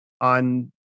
on